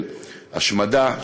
של השמדה,